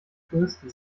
touristen